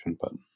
button